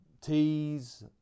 teas